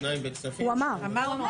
שניים בכספים --- אמרתי.